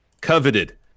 coveted